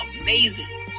amazing